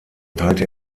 teilte